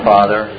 Father